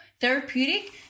therapeutic